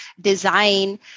design